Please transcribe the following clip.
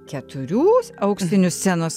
keturių auksinių scenos